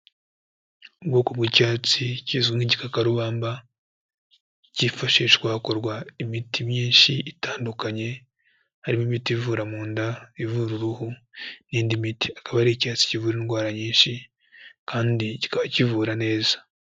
Ubwoko bw'icyatsi kizwi nk'igikakarubamba, cyifashishwa hakorwa imiti myinshi itandukanye, harimo imiti ivura mu nda, ivura uruhu n'indi miti, akaba ari icyatsi kivura indwara nyinshi kandi kikaba kivura neza.